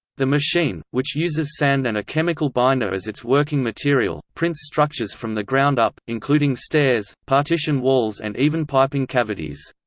the machine, which uses sand and a chemical binder as its working material, prints structures from the ground up, including stairs, partition walls and even piping cavities.